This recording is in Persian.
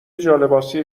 جالباسی